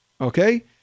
Okay